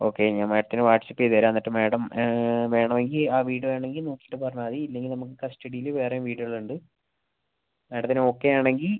okay ഞാൻ മാഡത്തിന് WhatsApp ചെയ്ത് തരാം എന്നിട്ട് മാഡം വേണമെങ്കിൽ ആ വീട് വേണമെങ്കിൽ നോക്കിയിട്ട് പറഞ്ഞാൽ മതി ഇല്ലെങ്കിൽ നമുക്ക് കസ്റ്റഡിയിൽ വേറെ വീടുകളുണ്ട് മേഡത്തിന് ഓക്കെയാണെങ്കിൽ